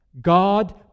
God